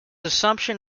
assumption